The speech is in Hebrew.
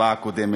בהצבעה הקודמת: